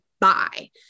buy